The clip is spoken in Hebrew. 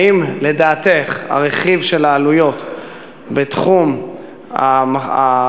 האם לדעתך הרכיב של העלויות בתחום הרפתנים,